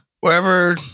wherever